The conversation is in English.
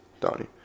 Donnie